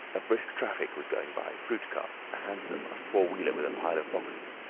a brisk traffic was going by, fruit carts, a hansom, a four-wheeler with a pile of boxes,